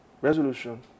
resolution